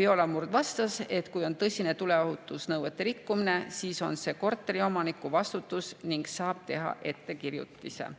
Viola Murd vastas, et kui on tõsine tuleohutusnõuete rikkumine, siis on see korteriomaniku vastutus ning [talle] saab teha ettekirjutuse.